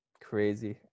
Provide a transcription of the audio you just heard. Crazy